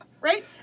right